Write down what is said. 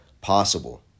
possible